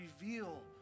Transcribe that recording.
reveal